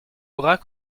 bras